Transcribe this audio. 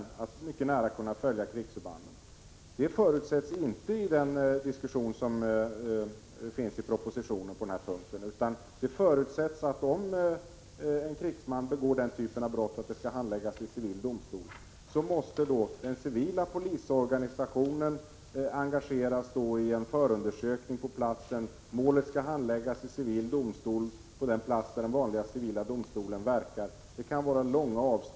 De skall alltså mycket nära kunna följa krigsförbanden. Det förutsätts inte i den diskussion som finns i propositionen på denna punkt utan det förutsätts att om en krigsman begår den typen av brott att det skall handläggas vid civil domstol, måste den civila polisorganisationen engageras i en förundersökning på platsen, och målet skall handläggas i civil domstol på den plats där den vanliga civila domstolen verkar.